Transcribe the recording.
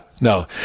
No